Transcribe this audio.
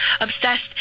obsessed